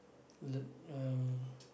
l~ um